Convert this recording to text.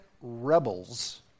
rebels